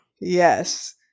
Yes